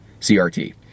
CRT